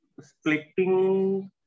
splitting